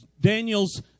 Daniel's